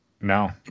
No